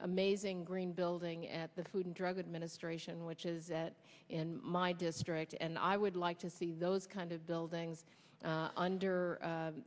amazing green building at the food and drug administration which is that in my district and i would like to see those kind of buildings under